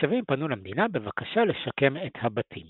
התושבים פנו למדינה בבקשה לשקם את הבתים